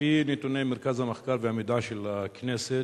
על-פי נתוני מרכז המחקר והמידע של הכנסת,